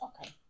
Okay